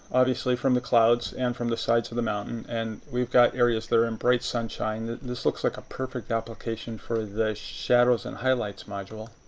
obviously, from the clouds and from the sides of the mountain. and we've got areas in bright sunshine. this looks like a perfect application for the shadows and highlights module.